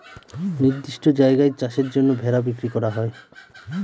নির্দিষ্ট জায়গায় চাষের জন্য ভেড়া বিক্রি করা হয়